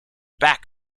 back